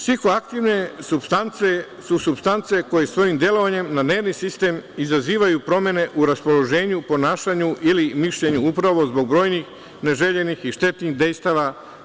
Psihoaktivne supstance su supstance koje svojim delovanjem na nervni sistem izazivaju promene u raspoloženju, ponašanju ili mišljenju upravo zbog brojnih neželjenih i štetnih dejstava.